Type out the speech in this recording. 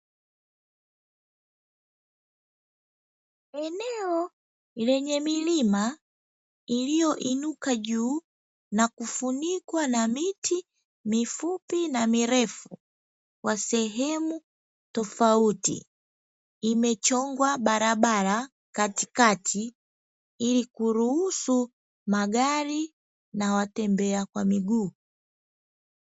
Eneo lenye milima iliyo inuka juu na kufunikwa na miti mifupi na mirefu kwa sehemu tofauti, imechongwa barabara katikati ili kuruhusu magari na watembea kwa miguu.